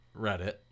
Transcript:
Reddit